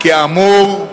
כאמור,